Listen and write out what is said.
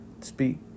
speak